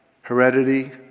heredity